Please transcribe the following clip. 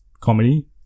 comedy